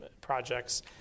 projects